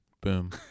Boom